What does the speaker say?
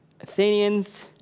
Athenians